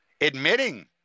admitting